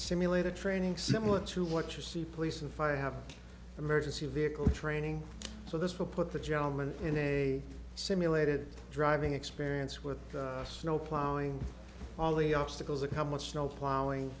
simulator training similar to what you see police and fire have emergency vehicle training so this will put the gentleman in a simulated driving experience with snow plowing all the obstacles of how much snow plowing